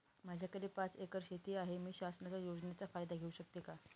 माझ्याकडे पाच एकर शेती आहे, मी शासनाच्या योजनेचा फायदा घेऊ शकते का?